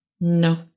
No